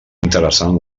interessant